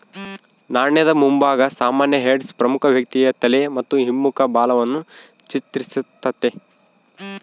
ನಾಣ್ಯದ ಮುಂಭಾಗ ಸಾಮಾನ್ಯ ಹೆಡ್ಸ್ ಪ್ರಮುಖ ವ್ಯಕ್ತಿಯ ತಲೆ ಮತ್ತು ಹಿಮ್ಮುಖ ಬಾಲವನ್ನು ಚಿತ್ರಿಸ್ತತೆ